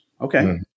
Okay